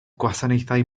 gwasanaethau